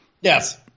yes